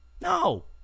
No